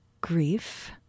grief